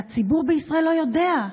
והציבור בישראל לא יודע,